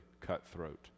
cutthroat